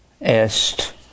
est